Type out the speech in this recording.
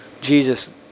Jesus